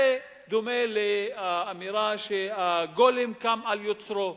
זה דומה לאמירה: הגולם קם על יוצרו.